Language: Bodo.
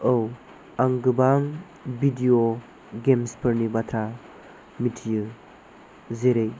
औ आं गोबां भिडिय' गेम्स फोरनि बाथ्रा मिथियो जेरै